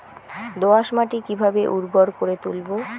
দোয়াস মাটি কিভাবে উর্বর করে তুলবো?